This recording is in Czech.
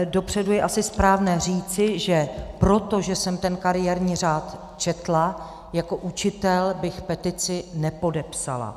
Dopředu je asi správné říci, že proto jsem ten kariérní řád četla, jako učitel bych petici nepodepsala.